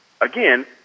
Again